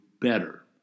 better